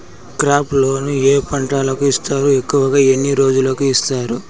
crop loan ఏ పంటలకు ఇస్తారు ఎక్కువగా ఎన్ని రోజులకి ఇస్తారు